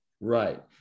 Right